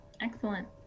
Excellent